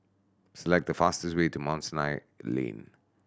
select the fastest way to Mount Sinai Lane